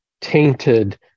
tainted